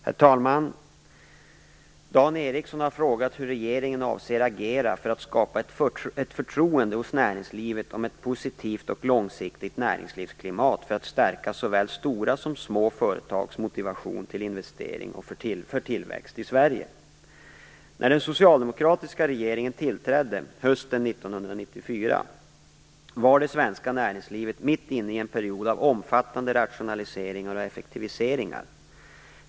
Herr talman! Dan Ericsson har frågat hur regeringen avser agera för att skapa ett förtroende hos näringslivet om ett positivt och långsiktigt näringslivsklimat för att stärka såväl stora som små företags motivation till investering för tillväxt i Sverige. När den socialdemokratiska regeringen tillträdde hösten 1994 var det svenska näringslivet mitt inne i en period av omfattande rationaliseringar och effektiviseringar.